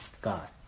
God